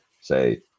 say